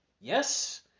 Yes